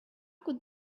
could